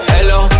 Hello